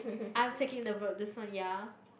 I'm taking the this one ya